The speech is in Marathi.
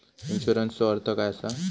इन्शुरन्सचो अर्थ काय असा?